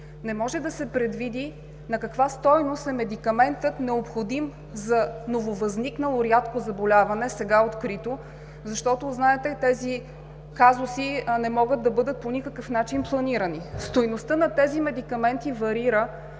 Не може да се предвиди на каква стойност е медикаментът, необходим за нововъзникнало рядко заболяване – сега открито, защото знаете, тези казуси не могат да бъдат по никакъв начин планирани. Стойността на тези медикаменти варира